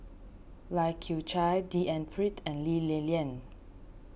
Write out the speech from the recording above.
Lai Kew Chai D N Pritt and Lee Li Lian